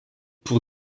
pour